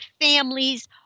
families